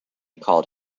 called